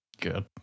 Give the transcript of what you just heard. Good